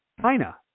China